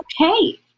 okay